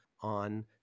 on